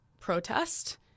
protest